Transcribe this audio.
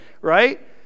Right